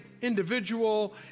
individual